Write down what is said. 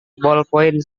bolpoin